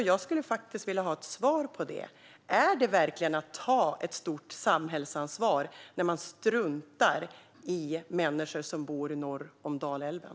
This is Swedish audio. Jag vill ha ett svar på detta: Är det verkligen att ta ett stort samhällsansvar när man struntar i de människor som bor norr om Dalälven?